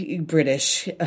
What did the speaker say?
British